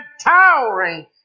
towering